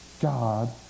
God